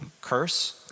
Curse